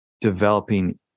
developing